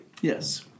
Yes